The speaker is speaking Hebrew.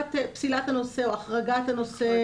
פסילת הנושא או החרגת הנושא.